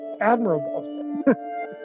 admirable